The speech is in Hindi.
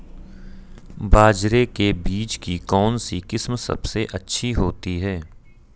बाजरे के बीज की कौनसी किस्म सबसे अच्छी होती है?